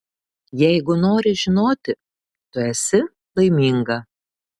jeigu nori žinoti tu esi laiminga